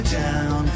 down